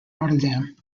rotterdam